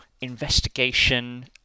investigation